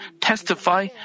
testify